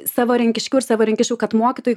savarankiškiau ir savarankiškiau kad mokytojai